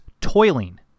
toiling